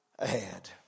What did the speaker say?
ahead